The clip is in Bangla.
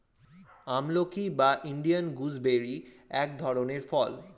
আমলকি বা ইন্ডিয়ান গুসবেরি এক ধরনের ফল